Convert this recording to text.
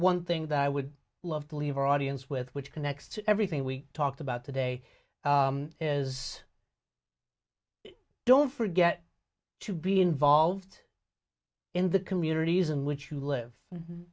one thing that i would love to leave our audience with which connects to everything we talked about today is don't forget to be involved in the communities in which you live